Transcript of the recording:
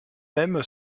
même